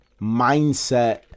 mindset